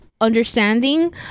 Understanding